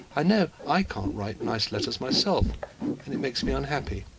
i know i can't write nice letters myself and it makes me unhappy.